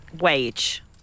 Wage